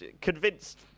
convinced